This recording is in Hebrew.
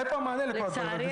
איפה המענה לכל הדברים האלה?